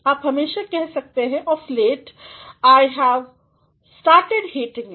आप हमेशा कह सकते हैं of late I have started hating it